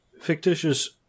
fictitious